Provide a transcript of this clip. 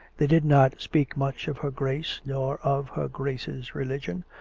they did not speak much of her grace, nor of her grace's religion,